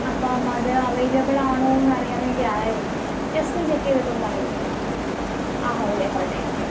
അപ്പോൾ അത് അവൈലബിളാണോ എന്നറിയാൻ വേണ്ടിയാ യിരുന്നു ജസ്റ്റൊന്ന് ചെക്ക് ചെയ്തിട്ടൊന്ന് പറയോ ആ ഹോൾഡ് ചെയ്യാം ഹോൾഡ് ചെയ്യാം ഓക്കെ ഓക്കെ